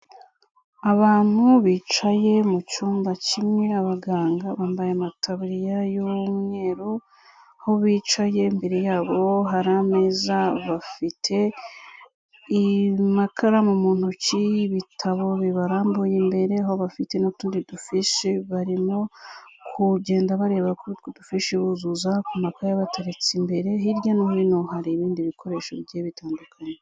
Abantu bicaye mu cyumba kimwe, abaganga bambaye amataburiya y'umweru, aho bicaye imbere yabo, hari ameza. Bafite amakaramu mu ntoki, ibitabo bibarambuye imbere, aho bafite n'utundi dufishi. Barimo kugenda bareba kuri utwo dufishi buzuza ku makayi abateretse imbere. Hirya no hino hari ibindi bikoresho bigiye bitandukanye.